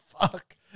fuck